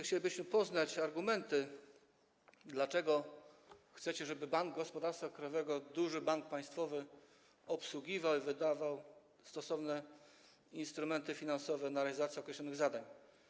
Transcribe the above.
Chcielibyśmy poznać argumenty, dlaczego chcecie żeby Bank Gospodarstwa Krajowego, duży bank państwowy, obsługiwał i wydawał stosowne instrumenty finansowe na realizację określonych zadań.